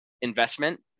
investment